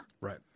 Right